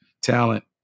talent